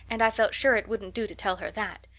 and i felt sure it wouldn't do to tell her that.